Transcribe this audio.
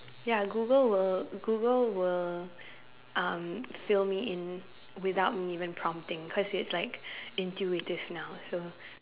ya Google will Google will um fill me in without me even prompting cause it's like intuitive now so